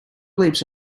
leaps